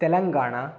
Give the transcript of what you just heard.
Telangana